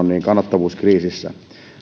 kannattavuuskriisissä